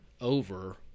over